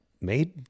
made